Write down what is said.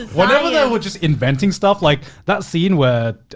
whenever they were just inventing stuff like that scene where